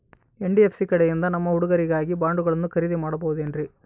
NBFC ಕಡೆಯಿಂದ ನಮ್ಮ ಹುಡುಗರಿಗಾಗಿ ಬಾಂಡುಗಳನ್ನ ಖರೇದಿ ಮಾಡಬಹುದೇನ್ರಿ?